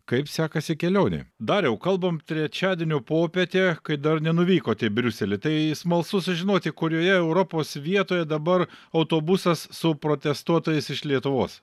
kaip sekasi kelionė dariau kalbam trečiadienio popietę kai dar nenuvykot į briuselį tai smalsu sužinoti kurioje europos vietoje dabar autobusas su protestuotojais iš lietuvos